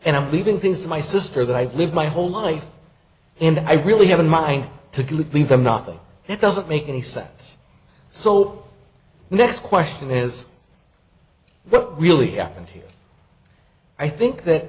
and i'm leaving things to my sister that i've lived my whole life and i really have in mind to good leave them nothing that doesn't make any sense so the next question is what really happened here i think that